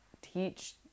teach